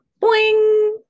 boing